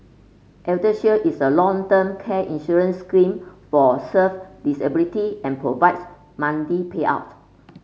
eldershield is a long term care insurance scheme for serve disability and provides monthly payout